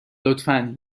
لطفا